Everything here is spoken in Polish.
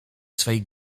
swej